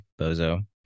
Bozo